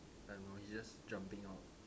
I don't know he's just jumping off